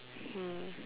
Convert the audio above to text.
hmm